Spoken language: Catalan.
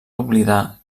oblidar